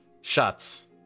shots